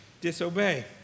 disobey